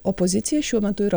opozicija šiuo metu yra